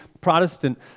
Protestant